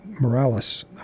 Morales